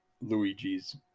Luigi's